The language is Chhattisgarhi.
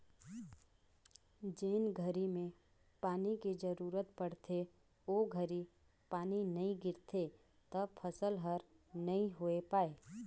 जेन घरी में पानी के जरूरत पड़थे ओ घरी पानी नई गिरथे त फसल हर नई होय पाए